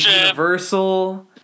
Universal